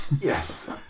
Yes